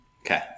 Okay